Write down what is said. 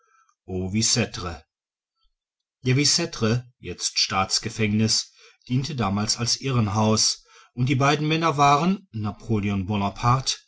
victre der vicetre jetzt staatsgefängniß diente damals als irrenhaus und die beiden männer waren napoleon bounoparte